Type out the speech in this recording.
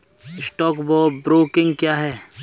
Stock broking क्या है?